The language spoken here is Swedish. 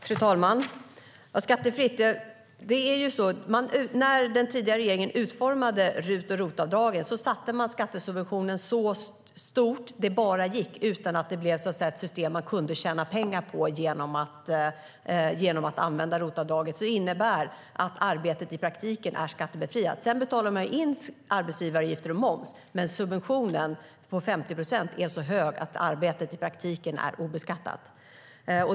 Fru talman! Vad gäller skattefritt är det så här: När den tidigare regeringen utformade RUT och ROT-avdragen gjorde man skattesubventionen så stor det bara gick utan att det blev ett system där människor så att säga kunde tjäna pengar genom att använda ROT-avdraget. Det innebär att arbetet i praktiken är skattebefriat. Man betalar in arbetsgivaravgifter och moms, men subventionen på 50 procent är så stor att arbetet i praktiken är obeskattat.